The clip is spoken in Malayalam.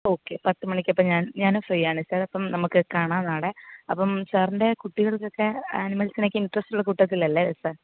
ഓക്കെ പത്ത് മണിക്ക് അപ്പം ഞാൻ ഞാനും ഫ്രീ ആണ് സാറ് അപ്പം നമുക്ക് കാണാം നാളെ അപ്പം സാറിൻ്റെ കുട്ടികൾകൊക്കെ ആനിമൽസിനൊക്കെ ഇൻട്രറ്റുള്ള കൂട്ടത്തിൽ അല്ലേ സാർ